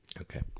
Okay